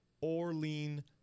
Orlean